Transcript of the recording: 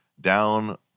down